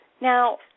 Now